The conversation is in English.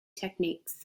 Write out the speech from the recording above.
techniques